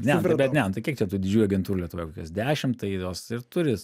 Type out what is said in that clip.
ne bet ne nu tai kiek čia tų didžiųjų agentūrų lietuvoje kokios dešimt tai jos ir turi